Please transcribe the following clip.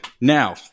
Now